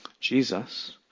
Jesus